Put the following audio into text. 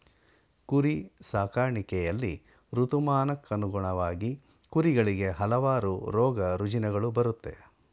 ಕುರಿ ಸಾಕಾಣಿಕೆಯಲ್ಲಿ ಋತುಮಾನಕ್ಕನುಗುಣವಾಗಿ ಕುರಿಗಳಿಗೆ ಹಲವಾರು ರೋಗರುಜಿನಗಳು ಬರುತ್ತೆ